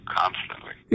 constantly